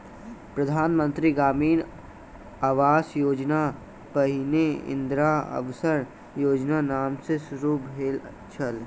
प्रधान मंत्री ग्रामीण आवास योजना पहिने इंदिरा आवास योजनाक नाम सॅ शुरू भेल छल